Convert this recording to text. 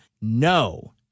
no